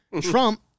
Trump